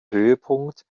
höhepunkt